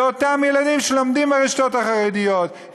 זה אותם ילדים שלומדים ברשתות החרדיות,